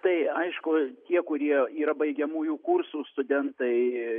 tai aišku tie kurie yra baigiamųjų kursų studentai